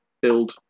build